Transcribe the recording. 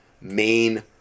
main